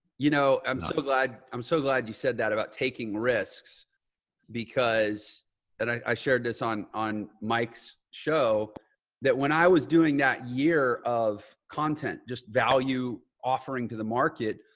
you know, i'm so glad um so glad you said that about taking risks because and i shared this on on mike's show that when i was doing that year of content, just value offering to the market.